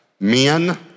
Men